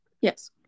Yes